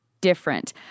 different